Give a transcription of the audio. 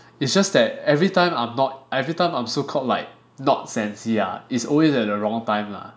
it's just that every time I'm not everytime I'm so called like not sensy ah it's always at the wrong time lah